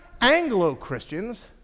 Anglo-Christians